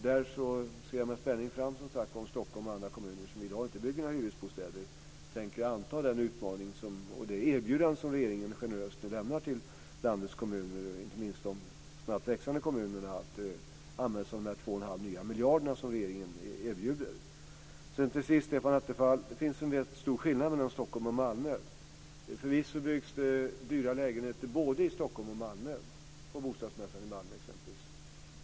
Jag ser med spänning fram emot om Stockholm och andra kommuner, som i dag inte bygger några hyresbostäder, tänker anta den utmaning och det erbjudande som regeringen nu generöst lämnar till landets kommuner, inte minst de snabbt växande, att använda sig av de Det finns en rätt stor skillnad mellan Stockholm och Malmö, Stefan Attefall. Förvisso byggs det dyra lägenheter både i Stockholm och i Malmö, exempelvis på bostadsmässan i Malmö.